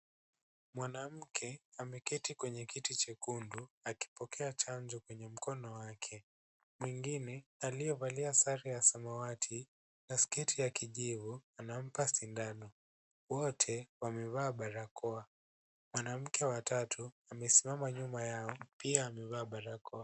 Mwanamke ameketi kwenye kiti chekundu akipokea chanjo kwenye mkono wake. Mwingine aliyevalia sare ya samawati na sketi ya kijivu anampa sindano. Wote wamevaa barakoa .Mwanamke wa tatu amesimama nyuma yao pia amevaa barakoa.